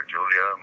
Julia